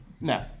No